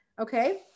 Okay